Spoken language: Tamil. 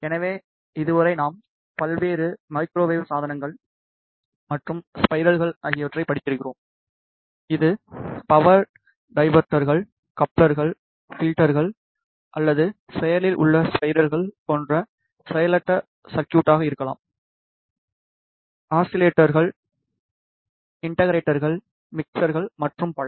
எனவே இதுவரை நாம் பல்வேறு மைக்ரோவேவ் சாதனங்கள் மற்றும் ஸ்பையிரல்கள் ஆகியவற்றைப் படித்திருக்கிறோம் இது பவர் டிவைடர்கள் கப்ளர்கள் பில்ட்டர்கள் அல்லது செயலில் உள்ள ஸ்பையிரல்கள் போன்ற செயலற்ற சர்க்யூட்டாக இருக்கலாம் ஆஸிலேட்டர்கள் இன்டகிரேட்டர்கள் மிக்சர்கள் மற்றும் பல